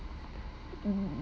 mm